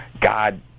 God